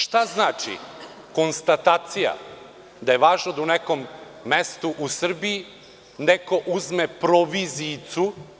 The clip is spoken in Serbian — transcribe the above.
Šta znači konstatacija da je važno da u nekom mestu u Srbiji neko uzme provizijicu?